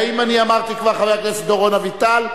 האם כבר אמרתי חבר הכנסת דורון אביטל?